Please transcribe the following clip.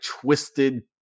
twisted